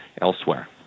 elsewhere